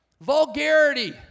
Vulgarity